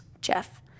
Jeff